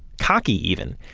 cocky, even.